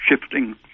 shifting